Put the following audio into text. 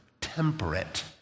temperate